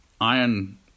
iron